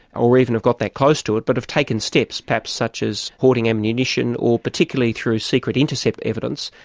or even have got that close to it, but have taken steps, perhaps such as hoarding ammunition, or particularly through secret intercept evidence,